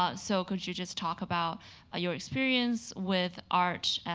ah so could you just talk about your experience with art,